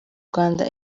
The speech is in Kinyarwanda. rwanda